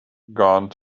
gone